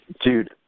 Dude